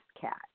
cat